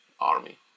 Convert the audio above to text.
army